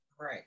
right